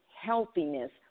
healthiness